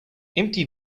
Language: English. empty